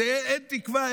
אין תקווה,